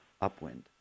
upwind